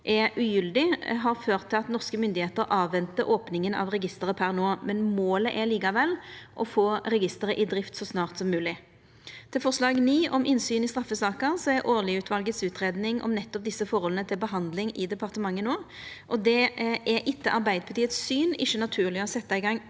er ugyldige, har ført til at norske myndigheiter avventar opninga av registeret per no. Målet er likevel å få registeret i drift så snart som mogleg. Til forslag nr. 9, om innsyn i straffesaker: Aarli-utvalets utgreiing om nettopp desse forholda er til behandling i departementet no, og det er etter Arbeidarpartiets syn ikkje naturleg å setja i gang